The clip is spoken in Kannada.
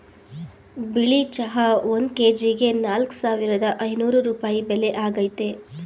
ಬಿಳಿ ಚಹಾ ಒಂದ್ ಕೆಜಿಗೆ ನಾಲ್ಕ್ ಸಾವಿರದ ಐನೂರ್ ರೂಪಾಯಿ ಬೆಲೆ ಆಗೈತೆ